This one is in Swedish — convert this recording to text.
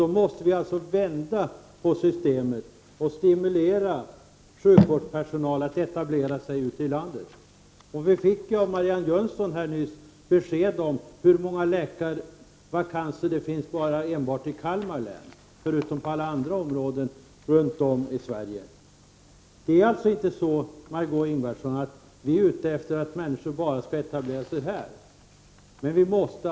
Då måste vi alltså vända systemet och stimulera sjukvårdspersonal att etablera sig ute i landet i stället. Av Marianne Jönsson fick vi nyss besked om hur många vakanta läkartjänster det finns enbart i Kalmar län. Till detta kommer ju alla andra områden runt om i Sverige. Det är alltså inte på det sättet, Margö Ingvardsson, att vi är ute efter att människor skall etablera sig enbart här i Stockholm.